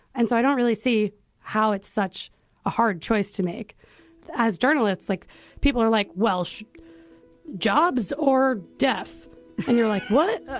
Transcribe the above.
and so i don't really see how it's such a hard choice to make as journalists, like people are like welsch jobs or death and you're like, what?